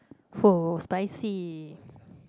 !woah! spicy